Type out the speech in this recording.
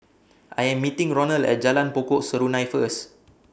I Am meeting Ronal At Jalan Pokok Serunai First